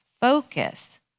focus